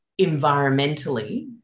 environmentally